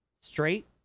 straight